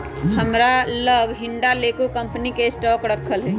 हमरा लग हिंडालको कंपनी के स्टॉक राखल हइ